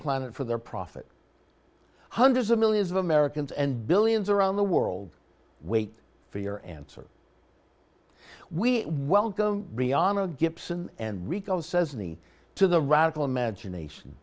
planet for their profit hundreds of millions of americans and billions around the world wait for your answer we welcome briana gibson and rico says me to the radical imagination